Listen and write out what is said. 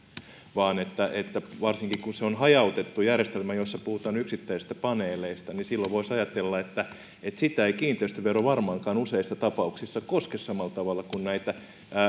varsinkin kun se on hajautettu järjestelmä jossa puhutaan yksittäisistä paneeleista niin silloin voisi ajatella että että sitä ei kiinteistövero varmaankaan useissa tapauksissa koske samalla tavalla kuin